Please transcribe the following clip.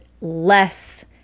less